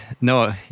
No